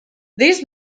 these